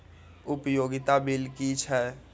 उपयोगिता बिल कि छै?